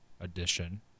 edition